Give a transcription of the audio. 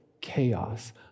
chaos